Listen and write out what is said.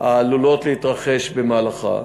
העלולות להתרחש במהלכה.